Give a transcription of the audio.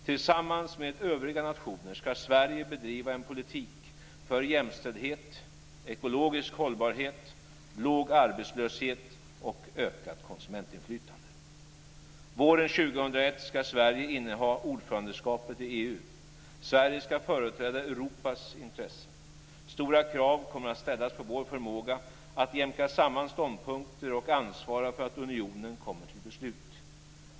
Tillsammans med övriga nationer ska Sverige bedriva en politik för jämställdhet, ekologisk hållbarhet, låg arbetslöshet och ökat konsumentinflytande. Våren 2001 ska Sverige inneha ordförandeskapet i EU. Sverige ska företräda Europas intressen. Stora krav kommer att ställas på vår förmåga att jämka samman ståndpunkter och ansvara för att unionen kommer till beslut.